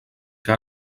que